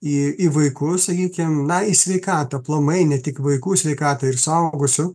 į į vaikus sakykim na į sveikatą aplamai ne tik vaikų sveikatą ir suaugusių